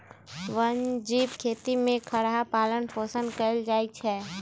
वन जीव खेती में खरहा पालन पोषण कएल जाइ छै